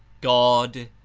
god,